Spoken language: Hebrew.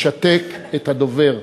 לשתק את הדובר.